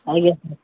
ଆଜ୍ଞା ସାର୍